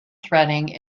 threading